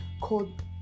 called